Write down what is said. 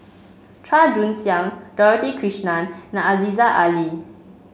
Chua Joon Siang Dorothy Krishnan and Aziza Ali